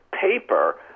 paper